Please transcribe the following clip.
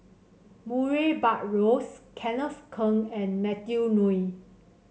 Murray Buttrose Kenneth Keng and Matthew Ngui